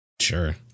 Sure